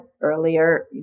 earlier